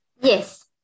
Yes